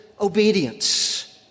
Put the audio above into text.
obedience